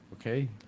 okay